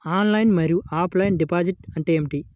Online మరియు offline deposit అంటే ఏమిటి?